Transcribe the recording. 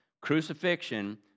crucifixion